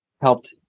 helped